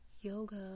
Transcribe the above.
Yoga